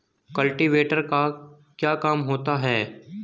Cultivator का क्या काम होता है?